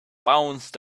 bounced